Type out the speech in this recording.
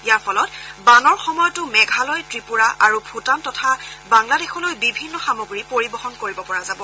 ইয়াৰ ফলত বানৰ সময়তো মেঘালয় ত্ৰিপুৰা আৰু ভূটান তথা বাংলাদেশলৈ বিভিন্ন সামগ্ৰী পৰিবহন কৰিব পৰা যাব